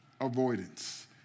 avoidance